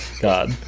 God